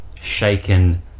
shaken